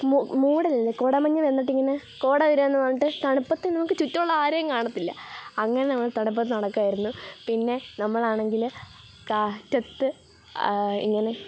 മൂ മൂടലല്ല കോടമഞ്ഞ് വന്നിട്ട് ഇങ്ങനെ കോട വരുക എന്ന് പറഞ്ഞിട്ട് തണുപ്പത്ത് നമുക്ക് ചുറ്റുമുള്ള ആരെയും കാണത്തില്ല അങ്ങനെ നമ്മൾ തണുപ്പത്ത് നടക്കുകയായിരുന്നു പിന്നെ നമ്മൾ ആണെങ്കിൽ കാറ്റത്ത് ഇങ്ങനെ